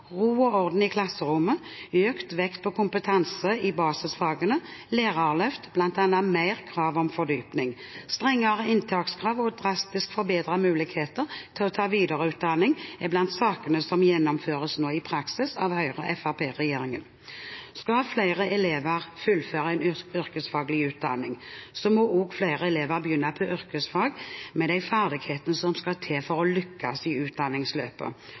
ro og orden i klasserommet, økt vekt på kompetanse i basisfagene, lærerløft med bl.a. mer krav om fordypning, strengere inntakskrav og drastisk forbedrede muligheter til å ta videreutdanning er blant sakene som nå gjennomføres i praksis av Høyre–Fremskrittsparti-regjeringen. Skal flere elever fullføre en yrkesfaglig utdanning, må også flere elever begynne på yrkesfag med de ferdighetene som skal til for å lykkes i utdanningsløpet.